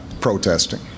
protesting